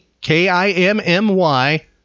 K-I-M-M-Y